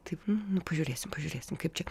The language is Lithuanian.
taip nu nu pažiūrėsim pažiūrėsim kaip čia